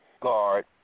guard